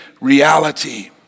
reality